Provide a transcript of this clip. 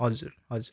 हजुर हजुर